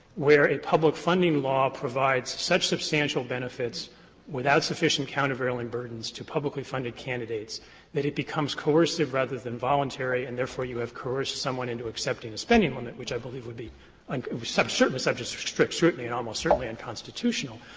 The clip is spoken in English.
where a public funding law provides such substantial benefits without sufficient countervailing burdens to publicly funded candidates that it becomes coercive rather than voluntary, and therefore you have coerced someone into accepting a spending limit, which i believe would be like certainly subject to strict scrutiny and almost surely unconstitutional.